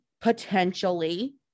potentially